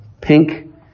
pink